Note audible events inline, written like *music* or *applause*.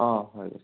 অঁ হয় *unintelligible*